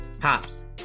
Pops